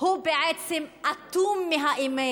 הוא בעצם אטום מהאמת.